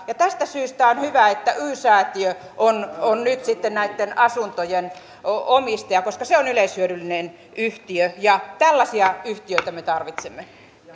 tästä syystä on hyvä että y säätiö on on nyt näitten asuntojen omistaja koska se on yleishyödyllinen yhtiö ja tällaisia yhtiöitä me tarvitsemme